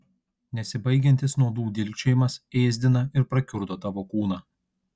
nesibaigiantis nuodų dilgčiojimas ėsdina ir prakiurdo tavo kūną